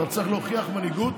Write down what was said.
אתה צריך להוכיח מנהיגות.